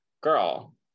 girl